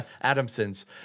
Adamson's